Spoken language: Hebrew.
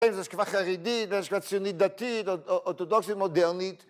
כן, זו השקפה חרדית, זו השקפה ציונית-דתית, אורתודוקסית-מודרנית.